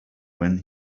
when